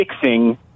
fixing